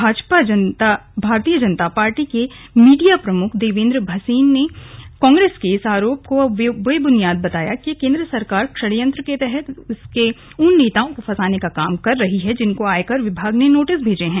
भाजपा खण्डन प्रदेश भारतीय जनता पार्टी के मीडिया प्रमुख देवेंद्र भसीन ने कांग्रेस के इन आरोपों को बेबुनियाद बताया कि केंद्र सरकार षड्यंत्र के तहत उसके उन नेताओं को फंसाने का कम कर रही है जिनको आयकर विभाग ने नोटिस भेजे हैं